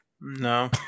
no